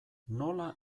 nola